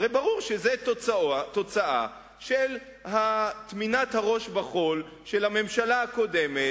הרי ברור שזה תוצאה של טמינת הראש בחול של הממשלה הקודמת,